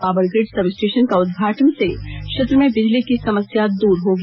power grid substation का उद्घाटन से क्षेत्र में बिजली की समस्या दूर होगी